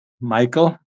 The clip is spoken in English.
Michael